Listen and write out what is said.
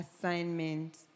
assignment